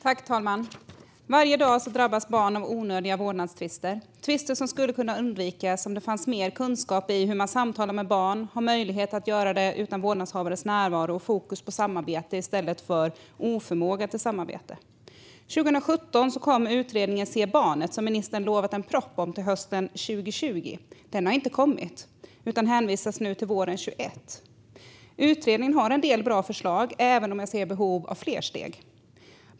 Fru talman! Varje dag drabbas barn av onödiga vårdnadstvister. Det är tvister som hade kunnat undvikas om det funnits mer kunskap om hur man samtalar med barn, om de hade haft möjlighet att göra det utan vårdnadshavares närvaro och om man haft fokus på samarbete i stället för oförmåga till samarbete. År 2017 kom utredningen Se barnet! som ministern har utlovat en proposition om till hösten 2020. Den har inte kommit, utan man hänvisar nu till våren 2021. Utredningen har en del bra förslag även om jag ser behov av fler steg.